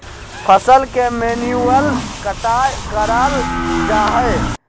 फसल के मैन्युअल कटाय कराल जा हइ